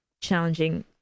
challenging